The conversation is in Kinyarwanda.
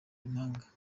impanga